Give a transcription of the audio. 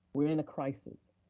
we're in a crisis,